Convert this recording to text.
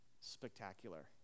spectacular